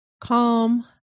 calm